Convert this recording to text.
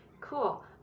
cool